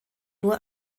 nur